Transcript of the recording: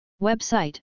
Website